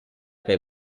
per